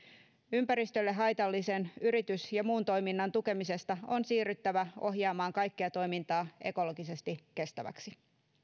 ympäristölle haitallisen yritys ja muun toiminnan tukemisesta on siirryttävä ohjaamaan kaikkea toimintaa ekologisesti kestäväksi